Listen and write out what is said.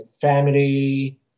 family